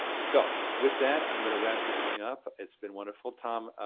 so, with that i'm gonna wrap this thing up. it's been wonderful tom,